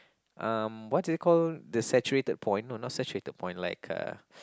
um what is it call the saturated point no not saturated point like a